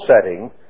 setting